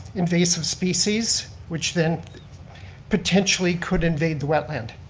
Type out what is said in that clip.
invasive species which then potentially could invade the wetland.